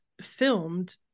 filmed